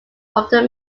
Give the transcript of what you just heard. often